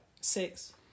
six